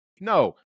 No